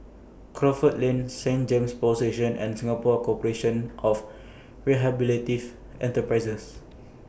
Crawford Lane Saint James Power Station and Singapore Corporation of Enterprises